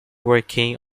working